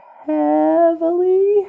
heavily